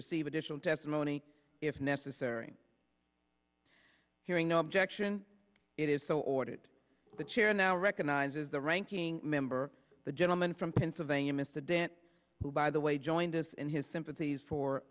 receive additional testimony if necessary hearing no objection it is so or that the chair now recognizes the ranking member the gentleman from pennsylvania mr dan who by the way joined us in his sympathies for